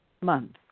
month